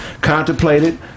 contemplated